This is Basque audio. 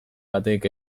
batek